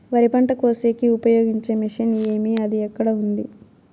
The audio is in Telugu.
వరి పంట కోసేకి ఉపయోగించే మిషన్ ఏమి అది ఎక్కడ ఉంది?